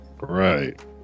Right